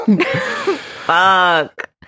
Fuck